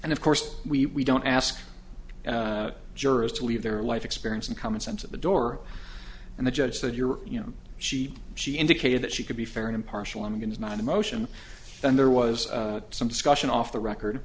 and of course we don't ask jurors to leave their life experience and common sense at the door and the judge said you're you know she she indicated that she could be fair and impartial i'm going is not an emotion and there was some discussion off the record